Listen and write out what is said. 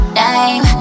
name